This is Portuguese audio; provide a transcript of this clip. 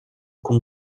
com